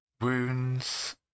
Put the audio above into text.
wounds